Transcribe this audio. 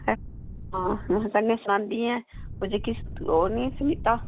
में कन्नै सनांदी ऐ ओह् नेईं ही सनीता